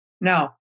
Now